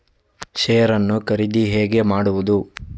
Share ನ್ನು ಖರೀದಿ ಹೇಗೆ ಮಾಡುವುದು?